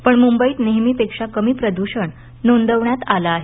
पण मुंबईत नेहमीपेक्षा कमी प्रदूषण नोंदविण्यात आले आहे